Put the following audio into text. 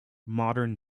modern